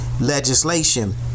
legislation